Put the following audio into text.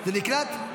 זה נקלט?